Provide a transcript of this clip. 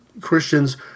Christians